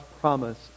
promise